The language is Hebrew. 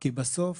כי בסוף,